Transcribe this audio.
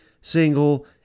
single